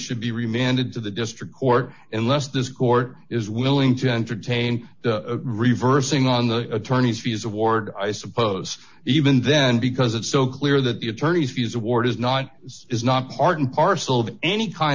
should be remitted to the district court unless this court is willing to entertain reversing on the attorney's fees award i suppose even then because it's so clear that the attorney's fees award is not is not part and parcel of any kind